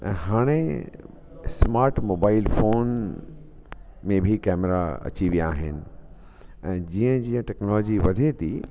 ऐं हाणे smart mobile phone में बि कैमरा अची विया आहिनि ऐं जीअं जीअं टेक्नोलॉजी वधे थी